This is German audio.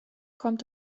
kommt